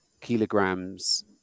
kilograms